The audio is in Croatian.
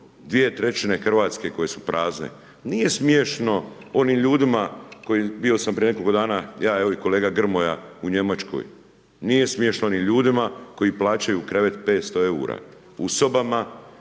smiješno 2/3 Hrvatske koje su prazne, nije smiješno onim ljudima, bio sam prije nekoliko dana ja evo i kolega Grmoja u Njemačkoj nije smiješno ni ljudima koji plaćaju krevet 500 EUR-a u sobama